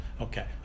okay